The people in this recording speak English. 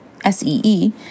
S-E-E